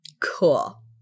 Cool